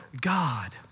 God